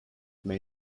may